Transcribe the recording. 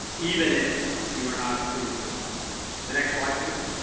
um even if you are not approved for the loan the next slide please.